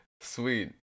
Sweet